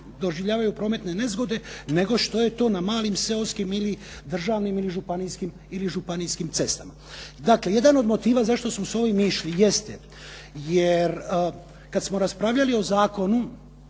doživljavaju prometne nezgode nego što je to na malim seoskim, ili državnim ili županijskim cestama. Dakle, jedan od motiva zašto smo sa ovim išli jeste jer kada smo raspravljali o Zakonu